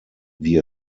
wie